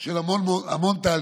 של המון תהליכים,